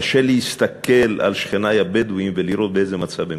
קשה להסתכל על שכני הבדואים ולראות באיזה מצב הם